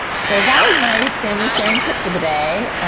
so that was my family sharing tip for the day.